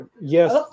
Yes